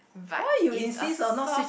but is a source